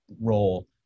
role